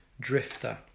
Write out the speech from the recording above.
Drifter